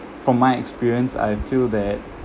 from my experience I feel that